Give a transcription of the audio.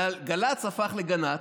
גל"צ הפך לגנ"צ,